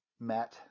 met